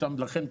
לכן,